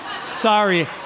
Sorry